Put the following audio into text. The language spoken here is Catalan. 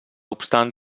obstant